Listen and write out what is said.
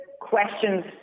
questions